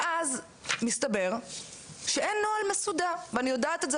ואז מסתבר שאין נוהל מסודר ואני יודעת את זה.